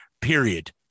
period